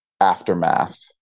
aftermath